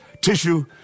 tissue